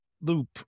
loop